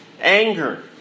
anger